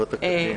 טובת הקטין.